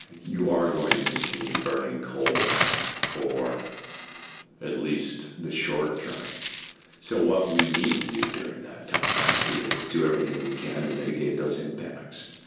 you are going to continue burning coal for at least the short term so what we need to do during that time is do everything we can to mitigate those impacts.